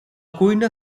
cuina